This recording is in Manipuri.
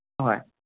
ꯑꯍꯣꯏ